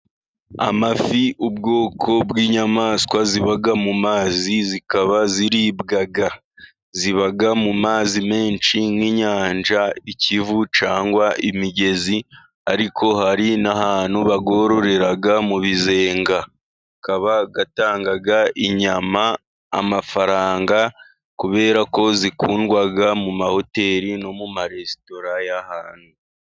Amafi ubwoko bw'inyamaswa ziba mu mazi zikaba ziribwa. Ziba mu mazi menshi nk'inyanja, ikivu cyangwa imigezi. Ariko hari n'ahantu bayororera mu bizenga. Akaba atanga inyama, amafaranga, kubera ko zikundwa mu mahoteli no mu maresitora y'ahantu.